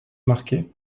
marqué